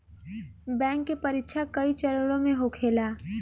bank के परीक्षा कई चरणों में होखेला